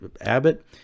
Abbott